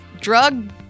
drug